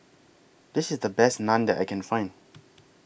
This IS The Best Naan that I Can Find